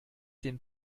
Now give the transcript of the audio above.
den